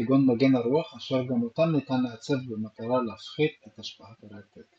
כגון מגן הרוח אשר גם אותם ניתן לעצב במטרה להפחית את השפעת הרטט.